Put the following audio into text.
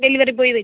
delivery boy വരും